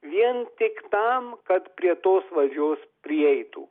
vien tik tam kad prie tos valdžios prieitų